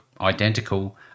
identical